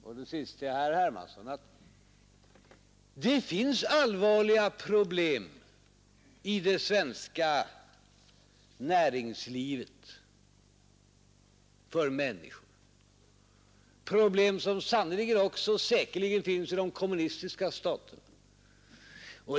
Till sist till herr Hermansson: Det finns allvarliga problem för människorna i det svenska näringslivet, problem som säkerligen också finns i de kommunistiska staterna.